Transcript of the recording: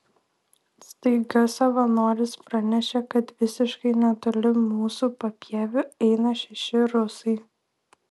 staiga savanoris pranešė kad visiškai netoli mūsų papieviu eina šeši rusai